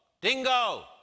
Dingo